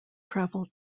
travel